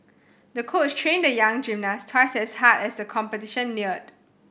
the coach trained the young gymnast twice as hard as the competition neared